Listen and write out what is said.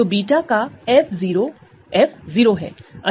तो fβ 0 है